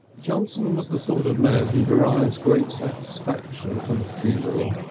johnson was the sort of man who derives great satisfaction from a funeral,